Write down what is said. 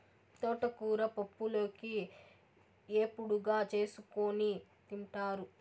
తోటకూరను పప్పులోకి, ఏపుడుగా చేసుకోని తింటారు